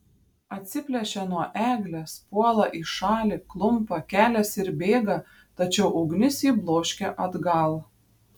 atsiplėšia nuo eglės puola į šalį klumpa keliasi ir bėga tačiau ugnis jį bloškia atgal